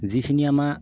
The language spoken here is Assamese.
যিখিনি আমাৰ